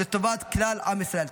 לטובת כלל עם ישראל.